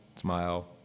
smile